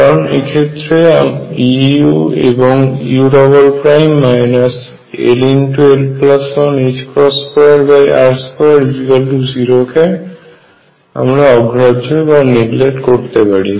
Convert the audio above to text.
কারণ আমরা এক্ষেত্রে E u এবং u ll12r20 কে অগ্রাহ্য করতে পারি